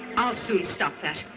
i'll soon stop that.